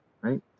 right